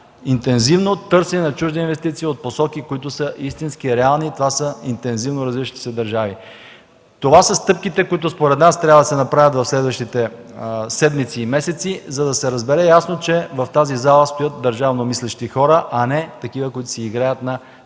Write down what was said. интензивно търсене на чужди инвестиции от посоки, които са истински, реални – интензивно развиващите се държави. Това са стъпките, които според нас трябва да се направят в следващите седмици и месеци, за да се разбере ясно, че в тази зала стоят държавно мислещи хора, а не такива, които си играят на